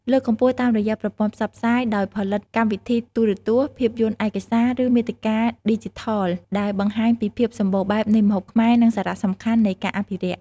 លើកកម្ពស់តាមរយៈប្រព័ន្ធផ្សព្វផ្សាយ ដោយផលិតកម្មវិធីទូរទស្សន៍ ភាពយន្តឯកសារ ឬមាតិកាឌីជីថលដែលបង្ហាញពីភាពសម្បូរបែបនៃម្ហូបខ្មែរ និងសារៈសំខាន់នៃការអភិរក្ស។